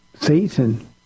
Satan